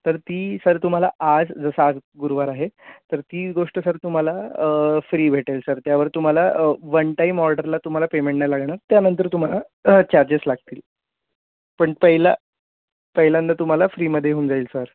तर ती सर तुम्हाला आज जसं आज गुरुवार आहे तर ती गोष्ट सर तुम्हाला फ्री भेटेल सर त्यावर तुम्हाला वन टाइम ऑर्डरला तुम्हाला पेमेंट नाही लागणार त्यानंतर तुम्हाला चार्जेस लागतील पण पहिलं पहिल्यांदा तुम्हाला फ्रीमध्ये होऊन जाईल सर